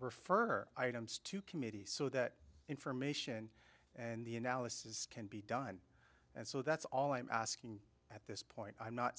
refer items to committee so that information and the analysis can be done and so that's all i'm asking at this point i'm not